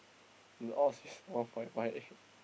the odds is all my my